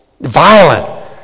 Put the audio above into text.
violent